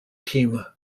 team